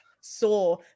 saw